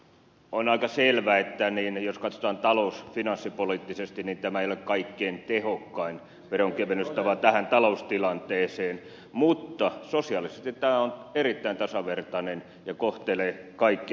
on aika selvää että jos katsotaan talous finanssipoliittisesti niin tämä ei ole kaikkein tehokkain veronkevennystapa tähän taloustilanteeseen mutta sosiaalisesti tämä on erittäin tasavertainen kohtelee kaikkia tasavertaisesti